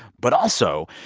but also,